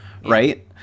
right